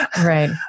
Right